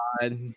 God